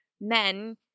men